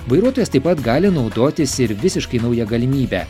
vairuotojas taip pat gali naudotis ir visiškai nauja galimybe